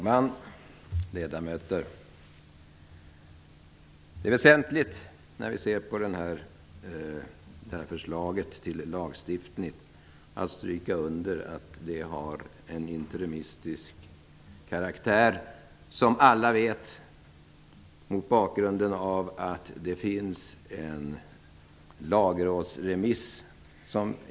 Herr talman! När vi diskuterar det här förslaget till lagstiftning är det väsentligt att stryka under att det har en interimistisk karaktär.